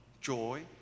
joy